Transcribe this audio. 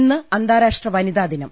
ഇന്ന് അന്താരാഷ്ട്ര വനിതാ ദിനം